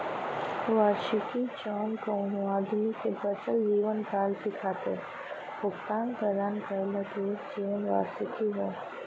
वार्षिकी जौन कउनो आदमी के बचल जीवनकाल के खातिर भुगतान प्रदान करला ई एक जीवन वार्षिकी हौ